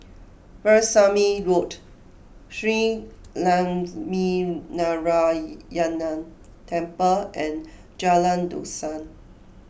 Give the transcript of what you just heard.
Veerasamy Road Shree Lakshminarayanan Temple and Jalan Dusun